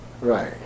Right